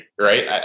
right